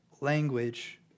language